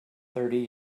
thirty